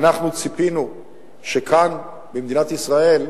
אנחנו ציפינו שכאן, במדינת ישראל,